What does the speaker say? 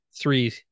three